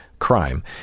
crime